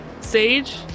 Sage